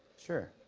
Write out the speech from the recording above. sure.